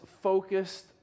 focused